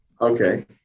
Okay